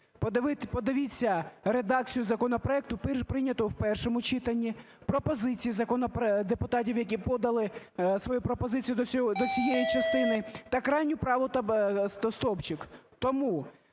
Подивіться редакцію законопроекту, прийняту в першому читанні, пропозиції депутатів, які подали свої пропозиції до цієї частини, та крайній правий стовпчик.